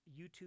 YouTube